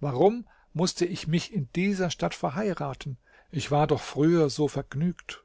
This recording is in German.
warum mußte ich mich in dieser stadt verheiraten ich war doch früher so vergnügt